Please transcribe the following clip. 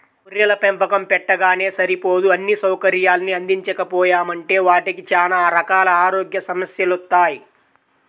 గొర్రెల పెంపకం పెట్టగానే సరిపోదు అన్నీ సౌకర్యాల్ని అందించకపోయామంటే వాటికి చానా రకాల ఆరోగ్య సమస్యెలొత్తయ్